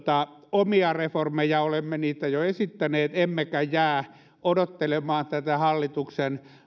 omia reformejamme olemme niitä jo esittäneet emmekä jää odottelemaan tätä hallituksen